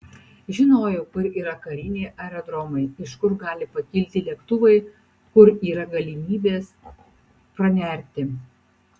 žinojau kur yra kariniai aerodromai iš kur gali pakilti lėktuvai kur yra galimybės pranerti